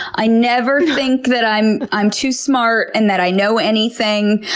i never think that i'm i'm too smart and that i know anything.